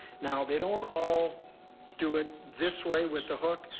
now, they don't all do it this way with the hook,